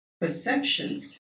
perceptions